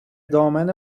دامن